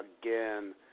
again